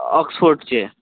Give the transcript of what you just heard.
ऑक्सफोर्डचे